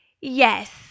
Yes